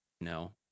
No